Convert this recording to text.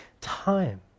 time